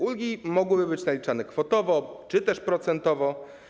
Ulgi mogłyby być naliczane kwotowo czy też procentowo.